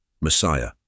Messiah